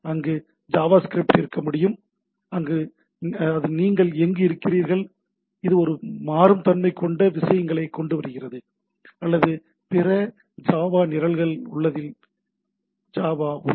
அங்கு ஜாவாஸ்கிரிப்ட் இருக்க முடியும் அது நீங்கள் எங்கு இருக்கிறீர்கள் இது ஒரு மாறும் தன்மை கொண்ட விஷயங்களைக் கொண்டுவருகிறது அல்லது பிற ஜாவா நிரல்கள் உள்ளதில் ஜாவா ஒன்று